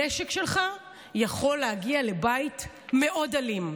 הנשק שלך יכול להגיע לבית אלים מאוד.